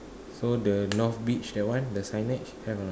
so the north beach that one the signage have or not